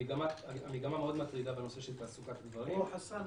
המגמה מטרידה מאוד בנושא של תעסוקת גברים.